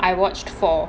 I watch four